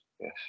yes